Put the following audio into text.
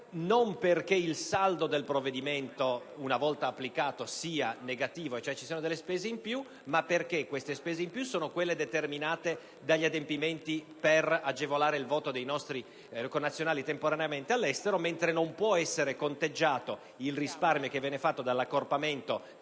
non perché il saldo del provvedimento, una volta applicato, sia negativo, ma perché le spese aggiuntive sono determinate dagli adempimenti per agevolare il voto dei nostri connazionali temporaneamente all'estero, mentre non può essere conteggiato il risparmio che viene ottenuto dall'accorpamento